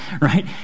right